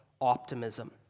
optimism